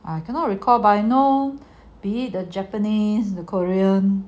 I cannot recall but I know be it the japanese the korean